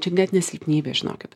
čia net ne silpnybė žinokit